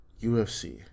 UFC